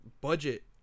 budget